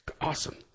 awesome